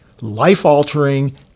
life-altering